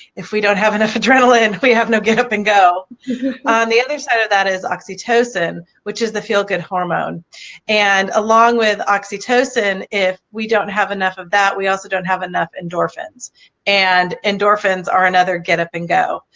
if we don't have enough adrenaline we have no get-up and go. on the other side of that is oxytocin which is the feel-good hormone and along with oxytocin if we don't have enough of that we also don't have enough endorphins and endorphins are another get-up-and and go.